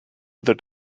that